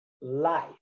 Life